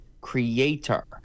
creator